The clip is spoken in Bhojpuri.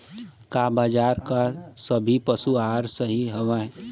का बाजार क सभी पशु आहार सही हवें?